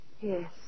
Yes